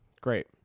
Great